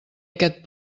aquest